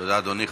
תודה, אדוני.